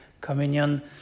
Communion